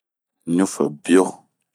ɲufebio.ahhhhm